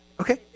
Okay